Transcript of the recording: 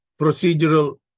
procedural